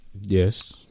Yes